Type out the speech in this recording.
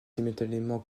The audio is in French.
simultanément